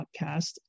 podcast